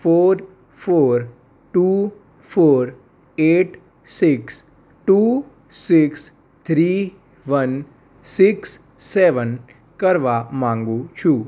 four four two four eight six two six three one six seven કરવા માંગુ છું